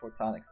photonics